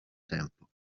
tempo